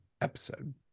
episode